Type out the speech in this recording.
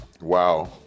Wow